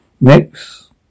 Next